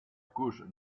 couche